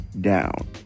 down